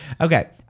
Okay